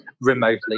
remotely